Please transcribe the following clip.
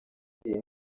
iyi